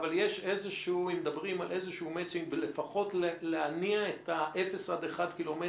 אבל מדברים על איזשהו מצ'ינג בלפחות להניע את האפס עד אחד קילומטר.